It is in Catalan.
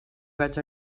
vaig